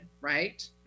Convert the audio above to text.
right